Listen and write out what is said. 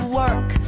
work